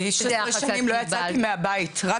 אני 13 שנים לא יצאתי מהבית.